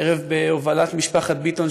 ערב בהובלת משפחת ביטון,